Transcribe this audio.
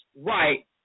Right